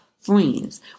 friends